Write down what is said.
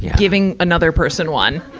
yeah giving another person one.